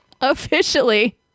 officially